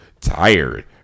tired